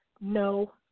no